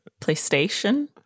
PlayStation